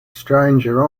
stranger